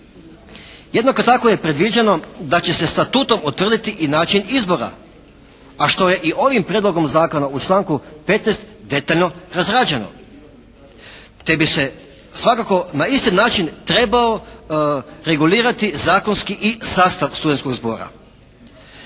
Jednako tako je predviđeno da će se statutom utvrditi i način izbora a što je i ovim prijedlogom zakona u članku 15. detaljno razrađeno te bi se svakako na isti način trebao regulirati zakonski i sastav studentskog zbora.